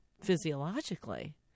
physiologically